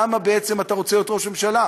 למה בעצם אתה רוצה להיות ראש הממשלה?